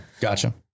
Gotcha